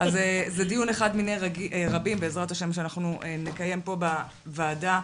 אחד מיני רבים בעזרת השם שאנחנו נקיים פה בוועדה.